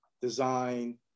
design